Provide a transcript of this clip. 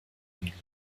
handeln